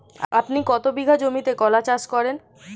আপনি কত বিঘা জমিতে কলা চাষ করেন?